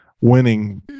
winning